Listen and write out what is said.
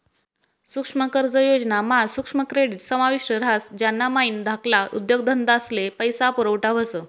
सुक्ष्म कर्ज योजना मा सुक्ष्म क्रेडीट समाविष्ट ह्रास ज्यानामाईन धाकल्ला उद्योगधंदास्ले पैसा पुरवठा व्हस